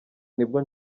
nibwo